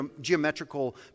geometrical